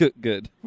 Good